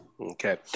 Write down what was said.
okay